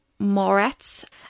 Moretz